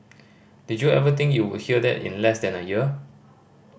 did you ever think you would hear that in less than a year